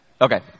Okay